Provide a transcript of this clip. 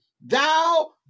thou